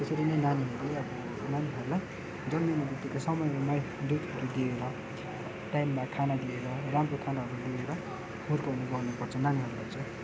त्यसरी नै नानीहरू अब नानीहरूलाई जन्मिनेबित्तिकै समयमै दुधहरू दिएर टाइममा खाना दिएर राम्रो खानाहरू दिएर हुर्काउने गर्नुपर्छ नानीहरूलाई चाहिँ